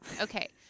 Okay